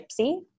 Gypsy